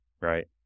right